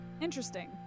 interesting